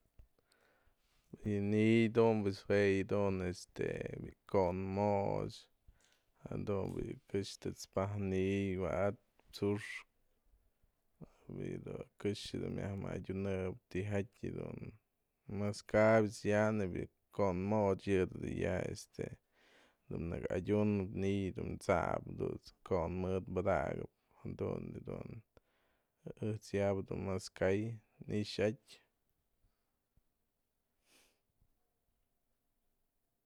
Yë ni'iy dunpa'a pues jue yë dun este bi'i ko'on moch jadun bi'i këxë të'ëts pajk ni'iy wa'ad tsu'uxkë bi'i do këxë myamëadyu'unep tijatyë jadun mas ka'apyë ëjt's ya'a nebyë ko'on moch yë dun ya este nëkë adyunap ni'iy dun tsa'ap jadunt's ko'on mëdë padakëp jadun dun ëjt's ya'abë dun mas ka'ay ixa'atyë.